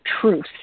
truth